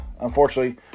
unfortunately